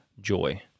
joy